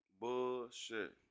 Bullshit